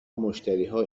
مشتریها